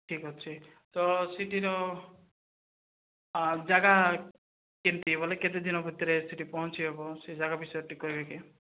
ଠିକ୍ ଅଛି ତ ସିଠିର ଯାଗା କେମିତି ବୋଲେ କେତେ ଦିନ ଭିତରେ ସେଇଠି ପହଁଚି ହେବ ସେଇ ଯାଗା ବିଷୟେର ଟିକେ କହିବେ କି